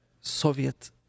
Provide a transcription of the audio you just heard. Soviet